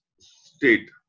state